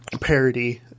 parody